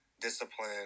discipline